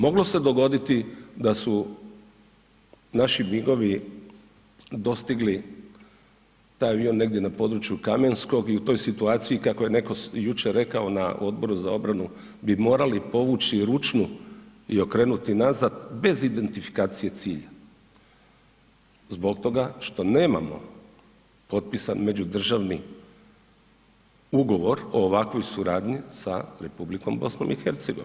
Moglo se dogoditi da su naši MIG-ovi dostigli taj avion negdje na području Kamenskog i u toj situaciji kako je netko jučer rekao na Odboru za obranu, bi morali povući ručnu i okrenuti nazad bez identifikacije cilja, zbog toga što nemamo potpisan međudržavni ugovor o ovakvoj suradnji sa Republikom BiH.